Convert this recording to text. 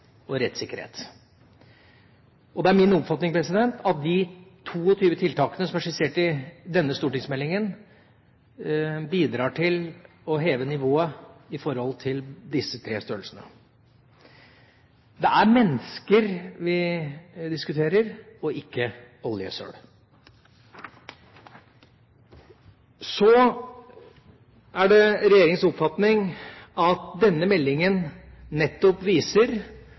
og rettssikkerhet. Det er min oppfatning at de 22 tiltakene som er skissert i denne stortingsmeldinga, bidrar til å heve nivået på disse tre størrelsene. Det er mennesker vi diskuterer, og ikke oljesøl. Så er det regjeringas oppfatning at denne meldinga nettopp viser